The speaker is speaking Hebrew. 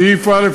סעיף 1,